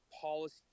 policy